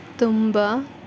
ತುಂಬ